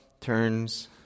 turns